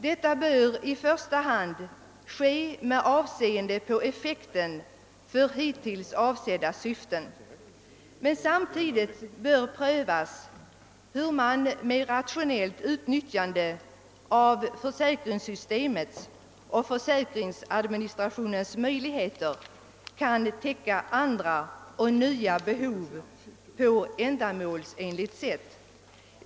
Detta bör i första hand ske med avseende på effekten för hittills avsedda syften, men samtidigt bör prövas hur man med rationellt utnyttjande av försäkringssystemets och försäkringsadministrationens möjligheter kan täcka andra och nya behov på ett ändamålsenligt sätt.